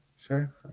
sure